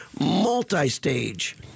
multi-stage